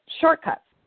shortcuts